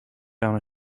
down